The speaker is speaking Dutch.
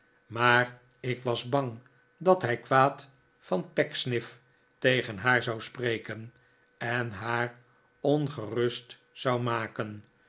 maar ik was bang dat hij kwaad van pecksniff tegen haar zou spreken en haar ongerust zou maken